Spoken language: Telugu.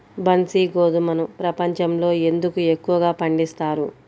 బన్సీ గోధుమను ప్రపంచంలో ఎందుకు ఎక్కువగా పండిస్తారు?